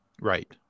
Right